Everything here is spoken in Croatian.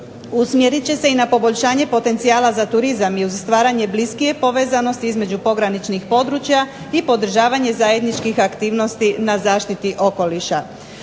Usmjerit će se i na poboljšanje potencijala za turizam i uz stvaranje bliskije povezanosti između pograničnih područja i podržavanje zajedničkih aktivnosti na zaštiti okoliša.